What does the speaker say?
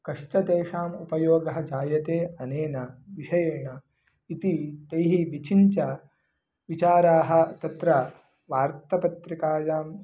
कश्च तेषाम् उपयोगः जायते अनेन विषयेण इति तैः विचिन्त्य विचाराः तत्र वार्तापत्रिकायां